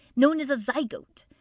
known as a zygote.